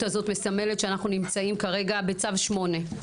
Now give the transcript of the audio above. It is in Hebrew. הזאת מסמלת שאנחנו נמצאים כרגע בצו 8,